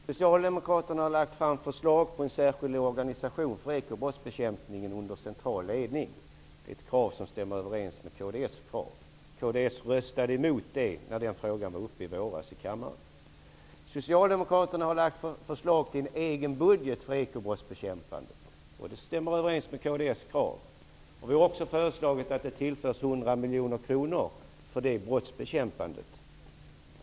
Herr talman! Socialdemokraterna har lagt fram förslag till en särskild organisation för ekobrottsbekämpning under central ledning. Det är ett krav som stämmer överens med kds krav. Kds röstade emot det när den frågan var uppe i kammaren i våras. Socialdemokraterna har lagt förslag till en egen budget för ekobrottsbekämpandet. Det stämmer överens med kds krav. Vi har också föreslagit att det tillförs 100 miljoner kronor till brottsbekämpandet.